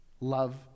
Love